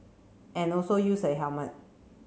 and also use a helmet